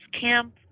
camp